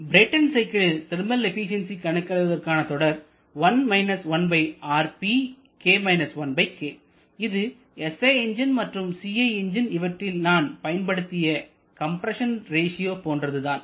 Brayton சைக்கிளின் thermal efficiency கணக்கிடுவதற்கான தொடர் இது SI எஞ்ஜின் மற்றும் CI எஞ்ஜின் இவற்றில் நான் பயன்படுத்திய கம்ப்ரஸன் ரேசியோ போன்றதுதான்